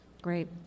Great